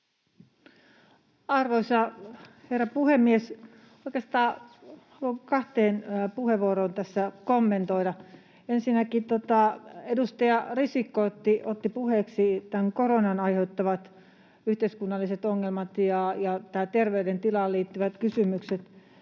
Arvoisa herra puhemies! Oikeastaan haluan kahta puheenvuoroa tässä kommentoida. Ensinnäkin, edustaja Risikko otti puheeksi tämän koronan aiheuttamat yhteiskunnalliset ongelmat ja tähän terveydentilaan liittyvät kysymykset.